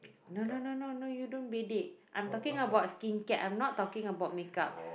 no no no no no you don't bedek I'm talking about skincare I'm not talking about makeup